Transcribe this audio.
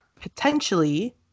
potentially